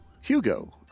Hugo